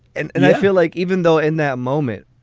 and and i feel like even though in that moment,